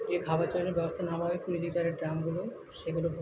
এ খাবার জলের ব্যবস্থা নেওয়া হয় কুড়ি লিটারের ড্রামগুলো সেগুলো ভো